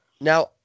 Now